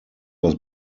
was